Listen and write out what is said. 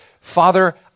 Father